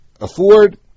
afford